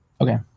Okay